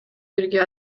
бирге